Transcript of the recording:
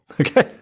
Okay